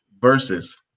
Versus